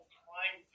crime